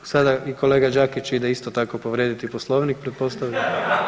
Sada i kolega Đakić ide isto tako povrijediti Poslovnik pretpostavljam.